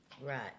Right